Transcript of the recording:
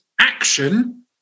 action